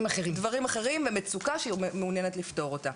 אחרים ומצוקה שהיא מעוניינת לפתור אותה.